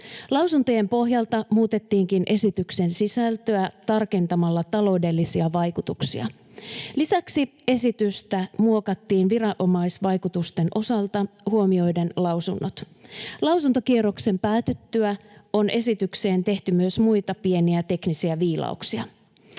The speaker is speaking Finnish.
Lausuntojen pohjalta muutettiinkin esityksen sisältöä tarkentamalla taloudellisia vaikutuksia. Lisäksi esitystä muokattiin viranomaisvaikutusten osalta huomioiden lausunnot. Lausuntokierroksen päätyttyä on esitykseen tehty myös muita pieniä teknisiä viilauksia.